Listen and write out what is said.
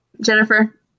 Jennifer